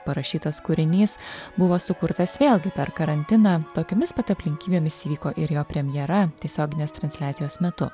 parašytas kūrinys buvo sukurtas vėlgi per karantiną tokiomis pat aplinkybėmis įvyko ir jo premjera tiesioginės transliacijos metu